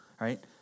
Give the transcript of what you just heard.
right